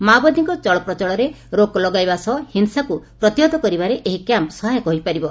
ମାଓବାଦୀଙ୍କ ଜଳପ୍ରଚଳରେ ରୋକ ଲାଗାଇବା ସହ ହିଂସାକୁ ପ୍ରତିହତ କରିବାରେ ଏହି କ୍ୟାମ୍ମ ସହାୟକ ହୋଇପାରିବ